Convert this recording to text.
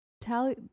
Tell